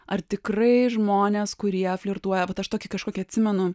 ar tikrai žmonės kurie flirtuoja vat aš tokį kažkokį atsimenu